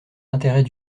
intérêts